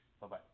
Bye-bye